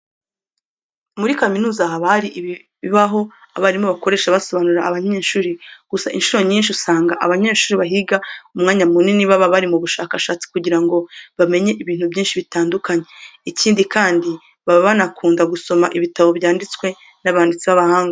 Muri kaminuza haba hari ibibaho abarimu bakoresha basobanurira abanyeshuri. Gusa incuro nyinshi, usanga abanyeshuri bahiga umwanya munini baba bari mu bushakashatsi kugira ngo bamenye ibintu byinshi bitandukanye. Ikindi kandi baba banakunda gusoma ibitabo byanditswe n'abanditsi b'abahanga.